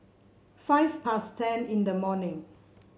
five past ten in the morning